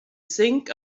think